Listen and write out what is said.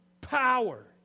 power